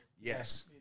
yes